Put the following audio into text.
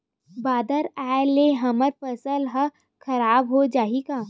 बादर आय ले हमर फसल ह खराब हो जाहि का?